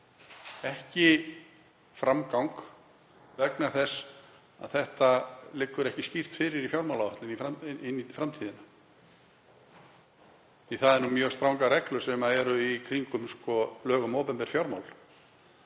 ekki framgang vegna þess að þetta liggur ekki skýrt fyrir í fjármálaáætlun inn í framtíðina? Því að það eru mjög strangar reglur sem eru í kringum lög um opinber fjármál.